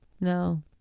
No